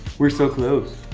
we're so close.